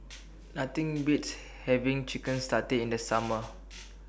Nothing Beats having Chicken Satay in The Summer